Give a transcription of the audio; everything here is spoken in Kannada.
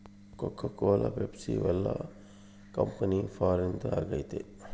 ಕೋಕೋ ಕೋಲ ಪೆಪ್ಸಿ ಇವೆಲ್ಲ ಕಂಪನಿ ಫಾರಿನ್ದು ಆಗೈತೆ